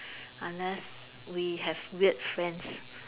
unless we have weird friends